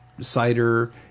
cider